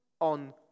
on